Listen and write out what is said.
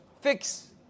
fix